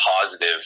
positive